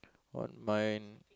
on mine